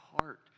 heart